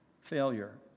failure